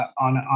on